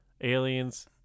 aliens